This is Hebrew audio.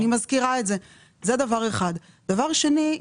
דבר שני.